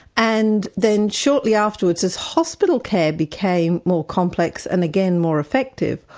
and then shortly afterwards, as hospital care became more complex and again more effective,